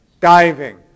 diving